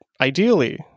ideally